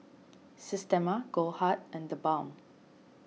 Systema Goldheart and the Balm